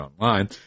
online